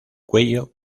cuello